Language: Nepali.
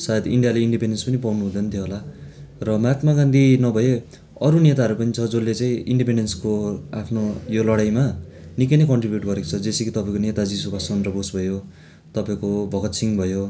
सायद इन्डियाले इन्डिपेन्डेन्स पनि पाउनु हुँदैन थियो होला र महात्मा गान्धी नभए अरू नेताहरू पनि छ जसले चाहिँ इन्डिपेन्डेन्सको आफ्नो यो लडाइँमा निक्कै नै कन्ट्रिब्युट गरेको छ जैसे कि तपाईँको नेताजी सुबासचन्द्र बोस भयो तपाईँको भगतसिंह भयो